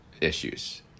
issues